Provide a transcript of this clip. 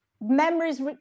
memories